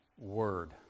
word